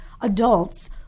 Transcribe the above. adults